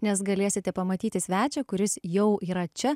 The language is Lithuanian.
nes galėsite pamatyti svečią kuris jau yra čia